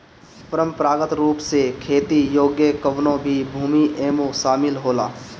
परंपरागत रूप से खेती योग्य कवनो भी भूमि एमे शामिल होला